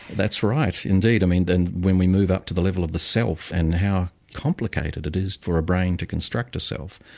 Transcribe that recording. that's right indeed. i mean and when we move up to the level of the self and how complicated it is for a brain to construct a self.